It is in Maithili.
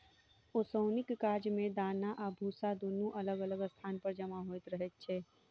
ओसौनीक काज मे दाना आ भुस्सा दुनू अलग अलग स्थान पर जमा होइत रहैत छै